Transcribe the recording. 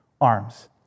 arms